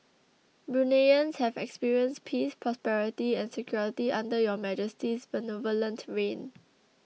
Bruneians have experienced peace prosperity and security under Your Majesty's benevolent reign